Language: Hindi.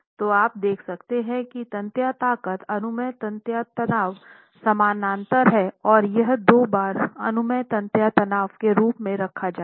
तो आप देख सकते हैं कि तन्यता ताकत अनुमेय तन्यता तनाव समानांतर है और यह दो बार अनुमेय तन्यता तनाव के रूप में रखा जाता है